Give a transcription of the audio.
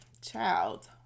Child